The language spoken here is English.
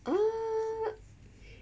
err